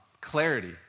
clarity